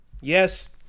Yes